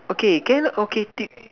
okay can okay tick